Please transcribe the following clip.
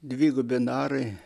dvigubi narai